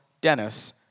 Dennis